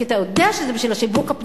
כי אתה יודע,